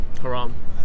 Haram